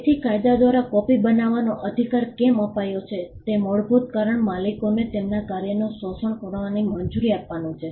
તેથી કાયદા દ્વારા કોપિ બનાવવાનો અધિકાર કેમ અપાયો છે તે મૂળભૂત કારણ માલિકોને તેમના કાર્યનું શોષણ કરવાની મંજૂરી આપવાનું છે